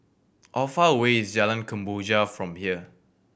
how far away is Jalan Kemboja from here